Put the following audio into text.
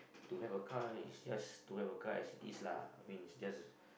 to have a car is just to have a car as it is lah I mean it's just a